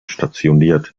stationiert